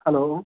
hello